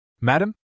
Madam